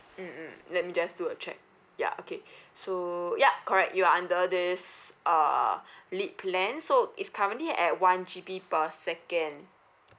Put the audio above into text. mm mm let me just do a check ya okay so ya correct you are under this uh lead plan so is currently at one G_B per second